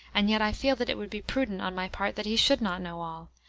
and yet i feel that it would be prudent on my part that he should not know all,